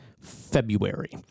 February